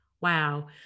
wow